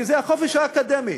כי זה החופש האקדמי.